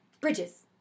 Bridges